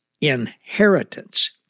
inheritance